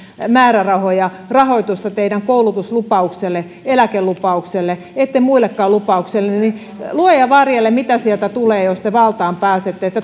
määrärahoja rahoitusta teidän koulutuslupauksellenne eläkelupauksellenne ettekä muillekaan lupauksillenne luoja varjele mitä sieltä tulee jos te valtaan pääsette